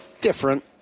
Different